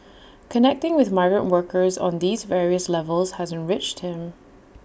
connecting with migrant workers on these various levels has enriched him